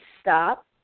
stop